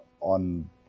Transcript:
on